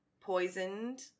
poisoned